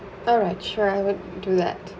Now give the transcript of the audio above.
alright sure I would do that